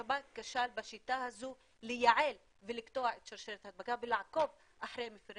השב"כ כשל בשיטה הזו לייעל ולקטוע את שרשרת ההדבקה ולעקוב אחר מפרי